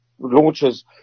launches